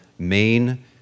main